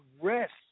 rest